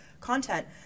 content